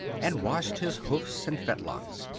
and washed his hoofs and fetlocks.